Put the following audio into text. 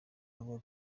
avuga